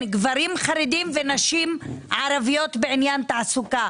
גברים חרדים ונשים ערביות בעניין תעסוקה,